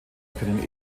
können